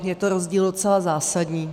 Je to rozdíl docela zásadní.